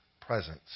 presence